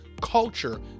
culture